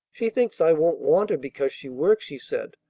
she thinks i won't want her because she works! she said.